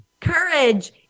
courage